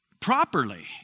properly